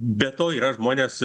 be to yra žmonės